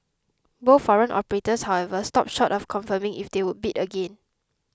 both foreign operators however stopped short of confirming if they would bid again